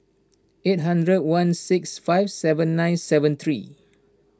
eight hundred one six five seven nine seven three